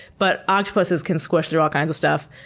but octopuses can squish through all kinds of stuff.